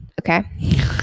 Okay